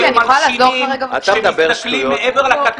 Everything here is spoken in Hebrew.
תהיה כאן אומה של מלשינים שמסתכלים מעבר לכתף